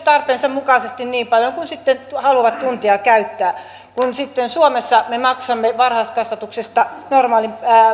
tarpeen mukaisesti niin paljon kuin sitten haluaa tunteja käyttää kun suomessa me maksamme varhaiskasvatuksesta normaalin